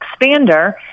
expander